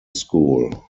school